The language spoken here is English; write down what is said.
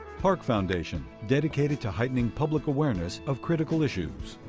park foundation, dedicated to heightening public awareness of critical issues.